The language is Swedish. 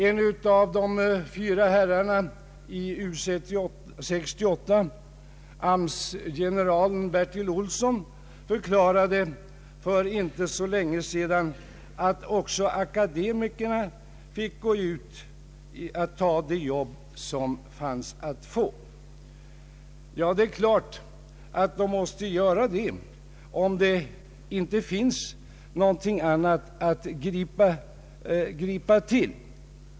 En av de fyra herrarna i U 68, AMS generalen Bertil Olsson, förklarade för inte så länge sedan att också akademikerna fick gå ut och ta de jobb som fanns att få. Ja, det är klart att de måste göra det, om det inte finns någonting annat att gripa till.